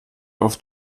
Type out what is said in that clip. oft